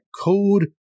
code